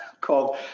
called